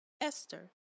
Esther